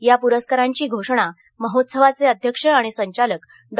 या पुरस्कारांची घोषणा महोत्सवाचे अध्यक्ष आणि संचालक डॉ